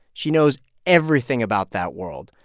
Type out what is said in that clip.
she knows everything about that world,